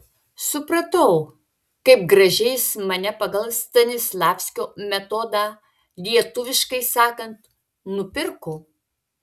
supratau kaip gražiai jis mane pagal stanislavskio metodą lietuviškai sakant nupirko